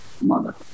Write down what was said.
mother